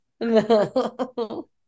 No